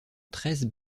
treize